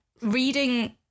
reading